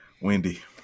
Wendy